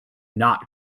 not